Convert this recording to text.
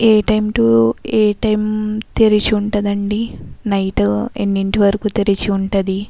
A time to ఏ time తెరిచి ఉంటుందండి నైట్ ఎన్నింటి వరకు తెరిచి ఉంటుంది